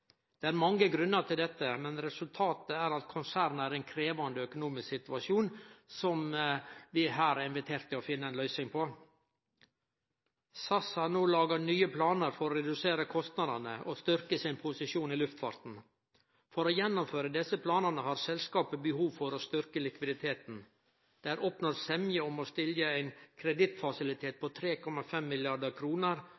Det er mange grunnar til dette, men resultatet er at konsernet er i ein krevjande økonomisk situasjon, som vi her er inviterte til å finne ei løysing på. SAS har no lagt nye planar for å redusere kostnadene og styrkje sin posisjon i luftfarten. For å gjennomføre desse planane har selskapet behov for å styrkje likviditeten. Det er oppnådd semje om å stille ein